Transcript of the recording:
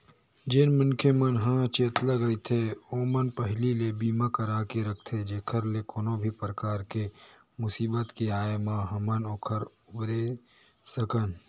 जेन मनखे मन ह चेतलग रहिथे ओमन पहिली ले बीमा करा के रखथे जेखर ले कोनो भी परकार के मुसीबत के आय म हमन ओखर उबरे सकन